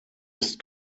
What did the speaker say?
ist